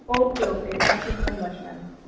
okay okay thank you so much ma'am